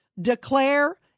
declare